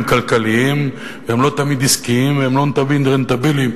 כלכליים ולא תמיד עסקיים ולא תמיד רנטביליים,